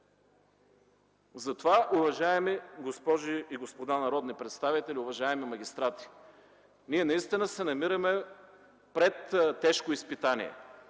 разкъсана. Уважаеми госпожи и господа народни представители, уважаеми магистрати, ние наистина се намираме пред тежко изпитание.